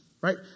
right